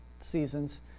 seasons